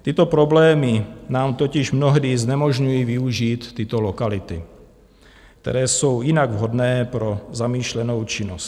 Tyto problémy nám totiž mnohdy znemožňují využít tyto lokality, které jsou jinak vhodné pro zamýšlenou činnost.